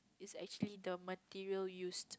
it's actually the material used